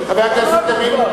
חבר הכנסת לוין,